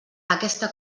aquesta